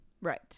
Right